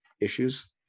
issues